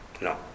No